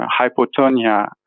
hypotonia